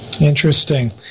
Interesting